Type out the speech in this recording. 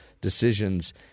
decisions